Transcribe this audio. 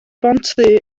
bontddu